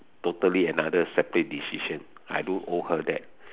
totally another separate decision I don't owe her that